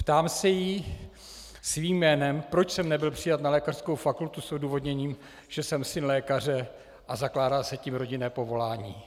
Ptám se jí svým jménem, proč jsem nebyl přijat na lékařskou fakultu s odůvodněním, že jsem syn lékaře a zakládá se tím rodinné povolání.